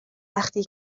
وقتی